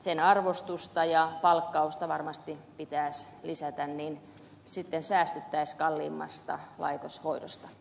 sen arvostusta ja palkkausta varmasti pitäisi lisätä niin säästettäisiin kalliimmasta laitoshoidosta